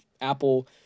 Apple